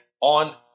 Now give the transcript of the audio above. on